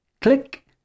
click